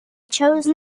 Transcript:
chose